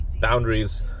boundaries